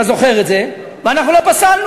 אתה זוכר את זה, ואנחנו לא פסלנו.